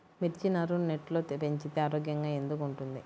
మిర్చి నారు నెట్లో పెంచితే ఆరోగ్యంగా ఎందుకు ఉంటుంది?